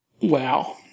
wow